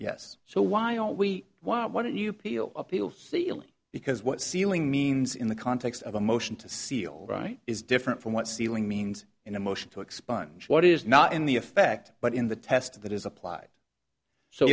yes so why are we why why don't you peel appeal ceiling because what ceiling means in the context of a motion to seal right is different from what sealing means in a motion to expunge what is not in the effect but in the test that is appl